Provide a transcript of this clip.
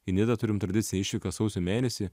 į nidą turim tradiciją išvyką sausio mėnesį